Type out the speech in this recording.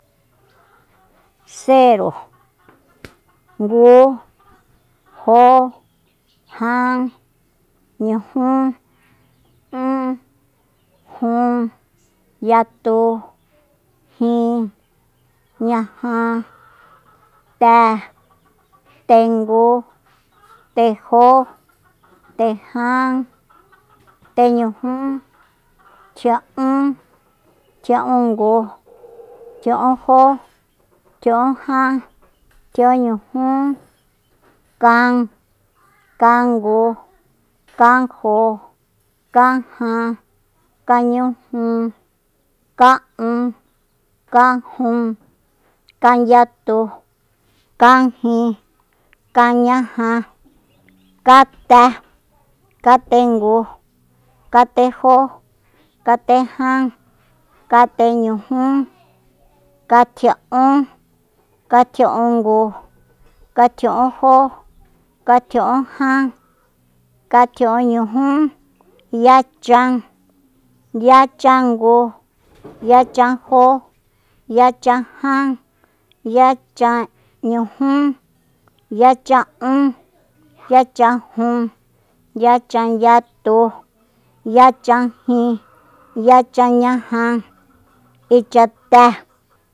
Ngu jo jan ñijú ún jun yatu jin ñaja te tengu tejó tejan teñujú tjia'ún tjia'ungu tjia'unjó tjia'unjan tjia'unñujú kan kangu kajo kajan kañuju ka'un kajun kanyatu kajin kañaja kate katengu katejó katejan kateñujú katjia'ún katjia'úngu katjia'újó katjia'únjan katjia'únñujú yachan yachangu yachanjó yachajan yachañujú yacha'ún yachajun yachanyatu yachanjin yachanñaja ichaté